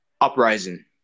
Uprising